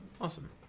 awesome